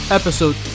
episode